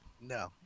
No